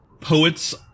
poets